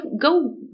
go